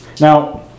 Now